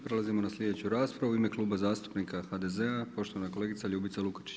Prelazimo na sljedeću raspravu u ime Kluba zastupnika HDZ-a, poštovana kolegica Ljubica Lukačić.